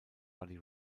buddy